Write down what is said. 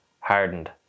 hardened